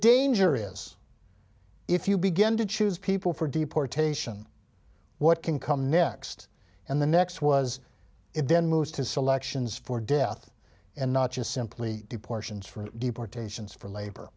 danger is if you begin to choose people for deportation what can come next and the next was it then moves to selections for death and not just simply the portions for deportations for labor